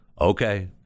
okay